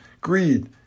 greed